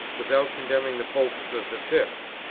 without condemning the popes of the fifth.